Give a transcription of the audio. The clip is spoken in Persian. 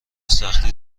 سختی